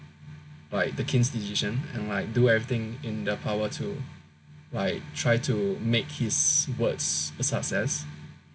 like the king's decision and like do everything in their power to like try to make his words a success